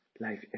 life